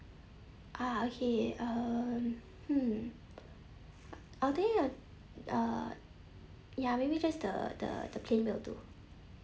ah okay uh hmm are they on~ uh ya maybe just the the the plane will do